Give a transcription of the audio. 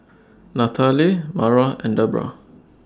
Nathaly Mara and Debrah